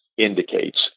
Indicates